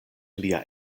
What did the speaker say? lia